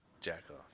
jack-off